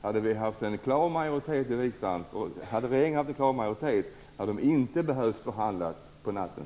Hade vi haft en tydlig och klar majoritet hade man inte behövt förhandla på natten.